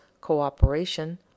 cooperation